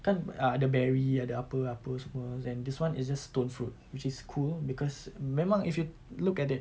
kan uh ada berry ada apa apa semua then this one is just stone fruit which is cool because memang if you look at it